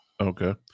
Okay